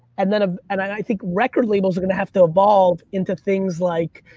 and then ah and i think record labels are gonna have to evolve into things like,